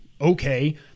Okay